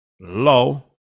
low